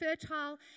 fertile